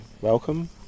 welcome